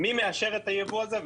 מי מאשר את הייבוא הזה?